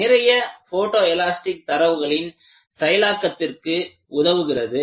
நிறைய photo elastic தரவுகளின் செயலாக்கத்திற்கு உதவுகிறது